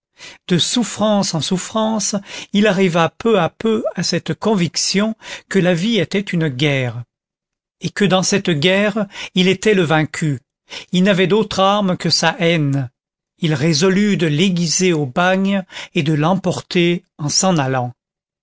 de souffrance en souffrance il arriva peu à peu à cette conviction que la vie était une guerre et que dans cette guerre il était le vaincu il n'avait d'autre arme que sa haine il résolut de l'aiguiser au bagne et de l'emporter en s'en allant